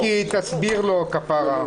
מיקי, תסביר לו, כפרה.